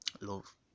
love